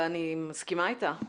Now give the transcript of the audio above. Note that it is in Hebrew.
ואני מסכימה אתה.